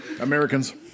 Americans